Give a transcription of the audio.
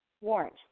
warrant